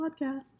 podcast